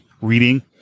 reading